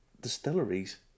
distilleries